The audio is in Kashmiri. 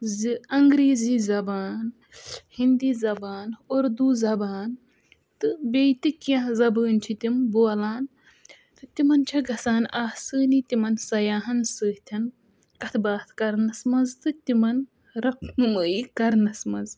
زِ انٛگریٖزی زبان ہنٛدی زبان اُردو زبان تہٕ بیٚیہِ تہِ کیٚنٛہہ زبٲنۍ چھِ تِم بولان تِمَن چھِ گژھان آسٲنی تِمَن سیاحَن سۭتۍ کَتھ باتھ کَرنَس منٛز تہٕ تِمَن رَہنُمٲیی کَرنَس منٛز